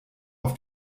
auf